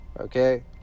okay